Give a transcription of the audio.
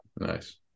nice